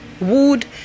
wood